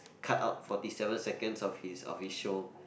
cut out fourty seven seconds of his of his show